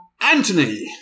Anthony